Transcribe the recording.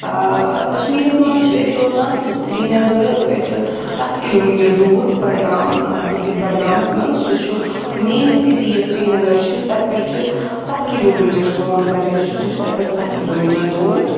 کشمیٖرَس منٛز چھِ أسۍ روزان سریٖنگرٕ پؠٹھٕ سَتھ کِلوٗمیٖٹَر دوٗر بَڈگام ڈِسٹِرٛک بَڈگامَس منٛز سُہ چھُ مَین سِٹی یُس سریٖنگر چھُ تَتہِ پؠٹھ چھُ سَتھ کِلوٗمیٖٹَر سون گَرٕ یُس چھُ سُہ چھُ تَتہِ پؠٹھ سَتھ کِلوٗمیٖٹر دوٗر